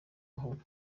mahoro